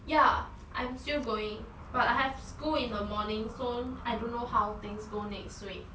ya I'm still going but I have school in the morning so I don't know how things go next week